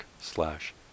slash